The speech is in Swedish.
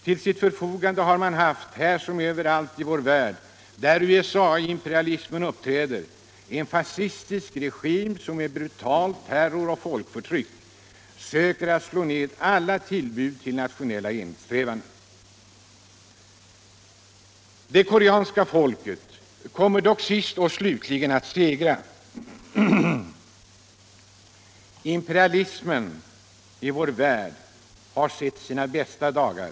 Till sitt förfogande har man haft — här som överallt i vår värld där USA-imperialismen uppträder — en fascistisk regim som med brutal terror och folkförtryck söker slå ned alla tillbud till nationella enhetssträvanden. Det koreanska folket kommer dock sist och slutligen att segra. Imperialismen i vår värld har sett sina bästa dagar.